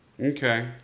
Okay